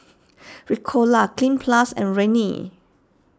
Ricola Cleanz Plus and Rene